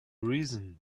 reason